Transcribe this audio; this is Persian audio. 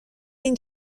این